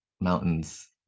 mountains